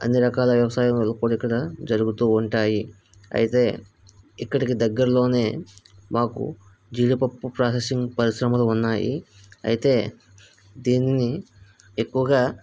అన్నీ రకాల వ్యవసాయాలు కూడా ఇక్కడ జరుగుతూ ఉంటాయి అయితే ఇక్కడికి దగ్గరలోనే మాకు జీడిపప్పు ప్రాసెసింగ్ పరిశ్రమలు ఉన్నాయి అయితే దీన్ని ఎక్కువగా